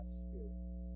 spirits